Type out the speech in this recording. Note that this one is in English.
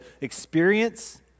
experience